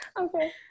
Okay